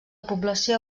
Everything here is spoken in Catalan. població